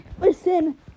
Listen